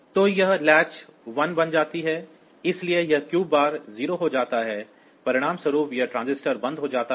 तो यह लैच 1 बन जाती है इसलिए यह Q बार 0 हो जाता है परिणामस्वरूप यह ट्रांजिस्टर बंद हो जाता है